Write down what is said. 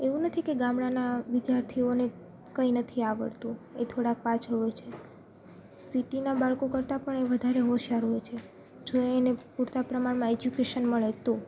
એવું નથી કે ગામડાંના વિદ્યાર્થીઓને કંઈ નથી આવડતું એ થોડાંક પાછળ હોય છે સિટીના બાળકો કરતાં પણ એ વધારે હોશિયાર હોય છે જો એને પૂરતા પ્રમાણમાં એજ્યુકેશન મળે તો